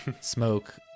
smoke